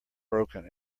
broken